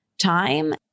time